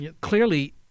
clearly